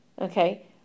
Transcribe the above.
Okay